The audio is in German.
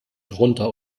drunter